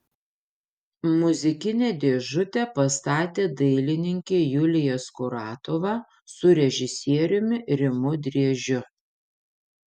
muzikinę dėžutę pastatė dailininkė julija skuratova su režisieriumi rimu driežiu